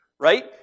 Right